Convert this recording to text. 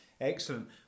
excellent